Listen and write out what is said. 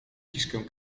kiszkę